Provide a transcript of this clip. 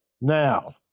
now